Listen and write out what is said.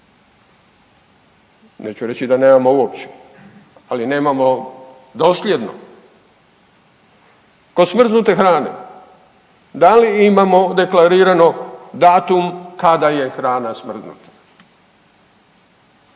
Neću reći da nemamo uopće, ali nemamo dosljedno. Kod smrznute hrane, da li imamo deklarirano datum kada je hrana smrznuta?